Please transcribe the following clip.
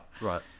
right